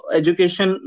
education